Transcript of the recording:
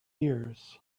years